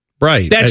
Right